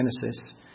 Genesis